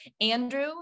Andrew